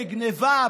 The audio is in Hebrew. בגנבה,